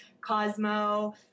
Cosmo